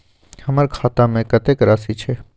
हमर खाता में कतेक राशि छै?